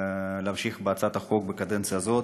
להמשיך בהצעת החוק בקדנציה הזאת.